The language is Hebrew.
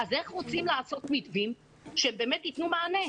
אז איך רוצים לעשות מתווים שבאמת יתנו מענה?